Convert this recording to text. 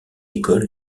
école